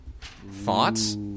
Thoughts